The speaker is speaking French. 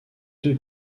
deux